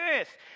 earth